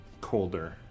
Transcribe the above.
colder